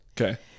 okay